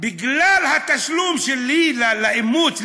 בגלל התשלום שלי לאימוץ,